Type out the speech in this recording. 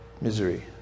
misery